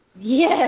yes